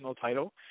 title